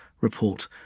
report